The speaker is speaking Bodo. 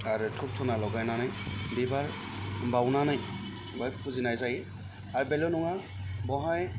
आरो धुब धुना लगायनानै बिबार बाउनानै बाहाय फुजिनाय जायो आरो बेल' नङा बेहाय